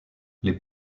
les